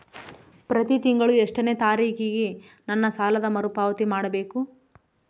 ಪ್ರತಿ ತಿಂಗಳು ಎಷ್ಟನೇ ತಾರೇಕಿಗೆ ನನ್ನ ಸಾಲದ ಮರುಪಾವತಿ ಮಾಡಬೇಕು?